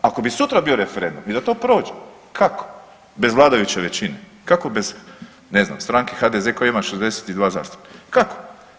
Ako bi sutra bio referendum i da to prođe kako bez vladajuće većine, kako bez ne znam stranke HDZ koja ima 62 zastupnika, kako?